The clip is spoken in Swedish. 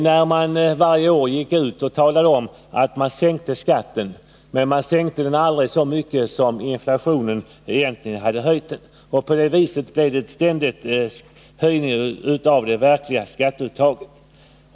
Man gick varje år ut och talade om att man sänkte skatten, men man sänkte den aldrig så mycket som inflationen egentligen hade höjt den. På det viset blev det en ständig höjning av det verkliga skatteuttaget.